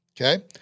Okay